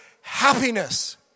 happiness